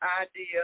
idea